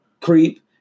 Creep